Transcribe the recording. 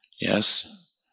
Yes